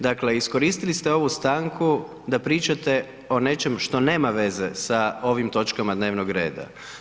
Dakle, iskoristili ste ovu stanku da pričate o nečem što nema veze sa ovim točkama dnevnog reda.